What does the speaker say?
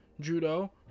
judo